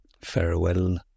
Farewell